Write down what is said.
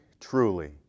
truly